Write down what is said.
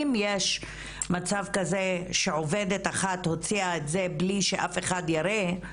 אם יש מצב כזה שעובדת אחת הוציאה את זה בלי שאף אחד יראה,